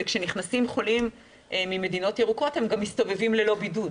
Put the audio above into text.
וכשנכנסים חולים ממדינות ירוקות הם גם מסתובבים ללא בידוד